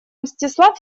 мстислав